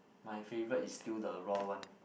my favourite is still the raw one